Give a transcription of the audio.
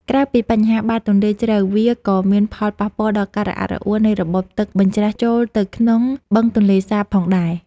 ក្រៅពីបញ្ហាបាតទន្លេជ្រៅវាក៏មានផលប៉ះពាល់ដល់ការរអាក់រអួលនៃរបបទឹកបញ្ច្រាសចូលទៅក្នុងបឹងទន្លេសាបផងដែរ។